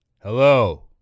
Hello